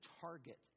target